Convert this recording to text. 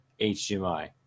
HDMI